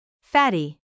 Fatty